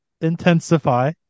intensify